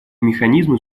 механизмы